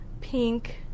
pink